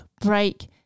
break